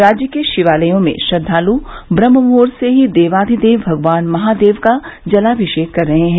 राज्य के शिवालयों में श्रद्वालु ब्रम्हमुहूर्त से देवाधिदेव भगवान महादेव का जलाभिषेक कर रहे हैं